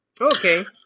Okay